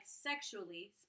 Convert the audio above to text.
sexually